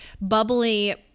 bubbly